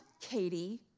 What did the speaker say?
Katie